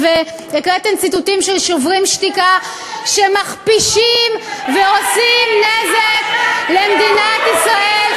והקראתן ציטוטים של "שוברים שתיקה" שמכפישים ועושים נזק למדינת ישראל,